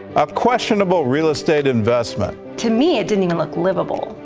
questionable real estate investment. to me, it didn't even look livable.